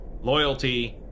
loyalty